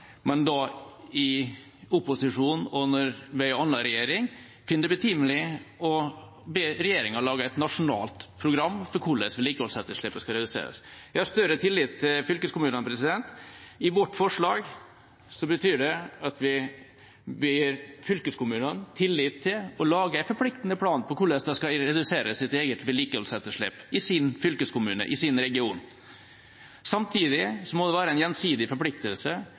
Men i opposisjon og med en annen regjering finner man det betimelig å be regjeringa lage et nasjonalt program for hvordan vedlikeholdsetterslepet skal reduseres. Jeg har større tillit til fylkeskommunene. I vårt forslag betyr det at vi gir fylkeskommunene tillit til å lage en forpliktende plan for hvordan de skal redusere sitt eget vedlikeholdsetterslep i sin fylkeskommune, i sin region. Samtidig må det være en gjensidig forpliktelse,